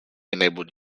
enabled